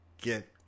get